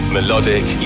Melodic